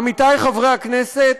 עמיתיי חברי הכנסת,